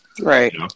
Right